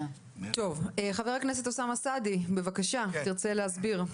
חבר הכנסת אוסאמה סעדי, בבקשה, תרצה להסביר?